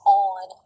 on